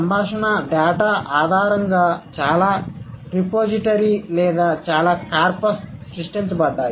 సంభాషణ డేటా ఆధారంగా చాలా రిపోజిటరీ లేదా చాలా కార్పస్ సృష్టించబడ్డాయి